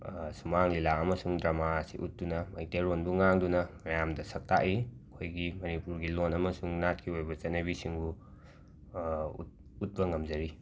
ꯁꯨꯃꯥꯡ ꯂꯤꯂꯥ ꯑꯃꯁꯨꯡ ꯗ꯭ꯔꯃꯥ ꯑꯁꯤ ꯎꯠꯇꯨꯅ ꯃꯩꯇꯩꯂꯣꯟꯕꯨ ꯉꯥꯡꯗꯨꯅ ꯃꯌꯥꯝꯗ ꯁꯛꯇꯥꯛꯏ ꯑꯩꯈꯣꯏꯒꯤ ꯃꯅꯤꯄꯨꯔꯒꯤ ꯂꯣꯟ ꯑꯃꯁꯨꯡ ꯅꯥꯠꯀꯤ ꯑꯣꯏꯕ ꯆꯠꯅꯕꯤꯁꯤꯡꯕꯨ ꯎꯠꯄ ꯉꯝꯖꯔꯤ